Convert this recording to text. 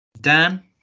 Dan